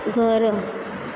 घर